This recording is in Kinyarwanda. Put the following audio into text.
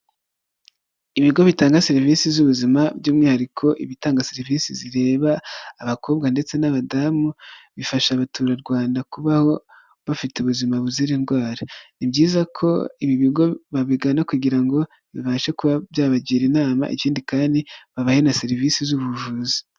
Ibigo bitanga serivisi z'ubuzima by'umwihariko ibitanga serivisi zireba abakobwa ndetse n'abadamu bifasha abaturarwanda kubaho bafite ubuzima buzira indwara, ni byiza ko ibigo babigana kugira ngo bibashe kuba byabagira inama, ikindi kandi babahe na serivisi z'ubuvuzi.